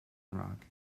rock